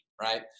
Right